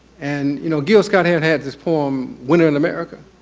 and you know gil scott-heron had this poem winter in america,